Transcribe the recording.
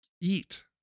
eat